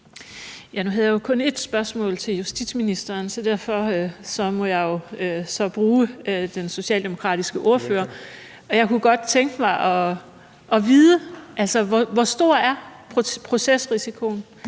Nu havde jeg jo kun ét spørgsmål til justitsministeren, så derfor må jeg jo spørge den socialdemokratiske ordfører, og jeg kunne godt tænke mig at vide: Hvor stor er procesrisikoen?